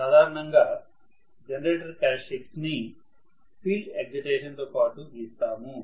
సాధారణంగా జనరేటర్ క్యారెక్టర్స్టిక్స్ని field excitation తో పాటు గీస్తాము